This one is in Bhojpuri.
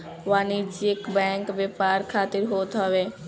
वाणिज्यिक बैंक व्यापार खातिर होत हवे